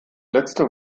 letzte